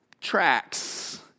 tracks